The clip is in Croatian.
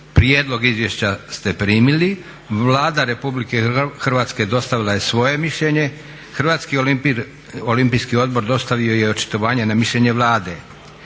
Prijedlog izvješća ste primili. Vlada Republike Hrvatske dostavila je svoje mišljenje. Hrvatski Olimpijski odbor dostavio je očitovanje na mišljenje Vlade.